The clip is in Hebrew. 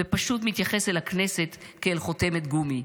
ופשוט מתייחס אל הכנסת כאל חותמת גומי.